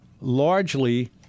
largely